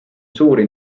suuri